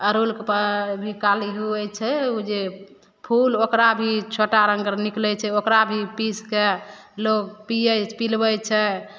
अड़हुल के भी काली हुवै छै ऊ जे फूल ओकरा भी छोटा रङ्ग अर निकलै छै ओकरा भी पीस के लोग पियै पिलबै छै